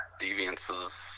deviances